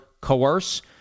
coerce